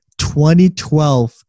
2012